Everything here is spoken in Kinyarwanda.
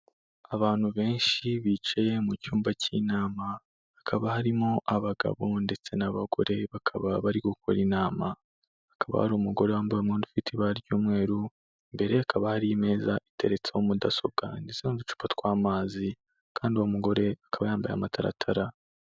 Abantu benshi bicaye mu cyumba cy'inama hakaba harimo abagabo ndetse n'abagore bakaba bari gukora inama, akaba ari umugore wambaye umwenda ufite ibara ry'umweru imbere hakaba hari imeza iteretseho mudasobwa ndetse n'uducupa twa'amazi kandi uwo mugore akaba yambaye amataratara.